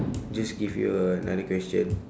just give you another question